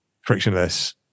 frictionless